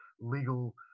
legal